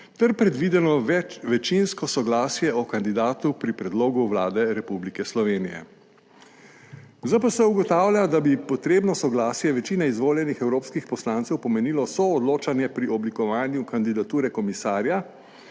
ter predvideno večinsko soglasje o kandidatu pri predlogu Vlade Republike Slovenije. ZPS ugotavlja, da bi potrebno soglasje večine izvoljenih evropskih poslancev pomenilo soodločanje pri oblikovanju kandidature komisarja,